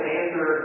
answer